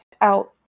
out